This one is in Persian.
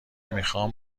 میخوام